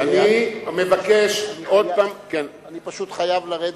אני פשוט חייב לרדת.